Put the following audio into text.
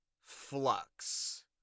flux